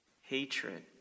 hatred